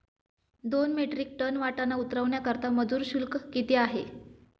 दोन metric ton वाटाणा उतरवण्याकरता मजूर शुल्क किती असेल?